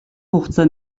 хугацаа